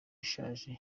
ishaje